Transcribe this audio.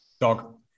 Dog